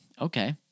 Okay